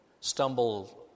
stumble